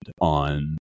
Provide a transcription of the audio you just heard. on